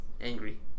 angry